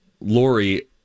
Lori